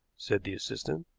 said the assistant.